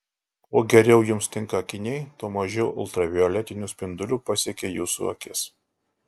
kuo geriau jums tinka akiniai tuo mažiau ultravioletinių spindulių pasiekia jūsų akis